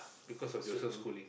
swimming